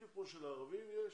בדיוק כמו שלערבים יש,